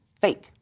fake